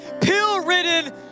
pill-ridden